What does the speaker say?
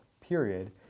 period